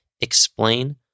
explain